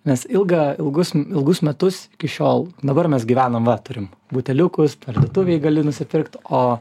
nes ilgą ilgus ilgus metus iki šiol dabar mes gyvenam va turim buteliukus parduotuvėj gali nusipirkt o